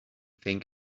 think